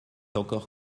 encore